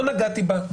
לא נגעתי בה,